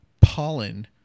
pollen